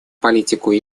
политику